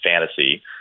fantasy